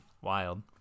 Wild